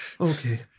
Okay